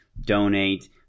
donate